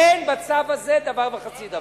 אין בצו הזה דבר וחצי דבר.